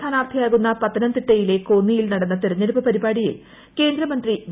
സ്ഥാനാർത്ഥിയാകുന്ന പത്തനംതിട്ടയിലെ കോന്നിയിൽ നടന്ന തിരഞ്ഞെടുപ്പ് പരിപാടിയിൽ കേന്ദ്രമന്ത്രി വി